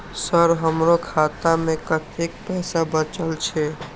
Sir हमरो खाता में कतेक पैसा बचल छे?